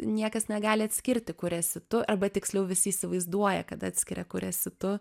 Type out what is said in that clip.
niekas negali atskirti kur esi tu arba tiksliau visi įsivaizduoja kad atskiria kur esi tu